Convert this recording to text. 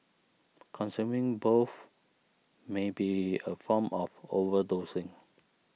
consuming both may be a form of overdosing